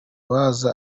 baza